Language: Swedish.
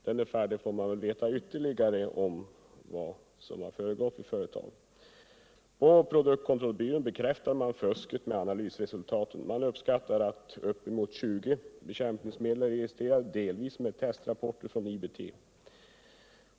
Därefter får vi väl veta ytterligare om hur det har gått till. På produktkontrollbyrån bekräftar man fusket med analysresultaten. Man uppskattar att uppemot 20 bekämpningsmedel är registrerade, delvis med testrapporter från IBT.